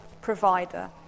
provider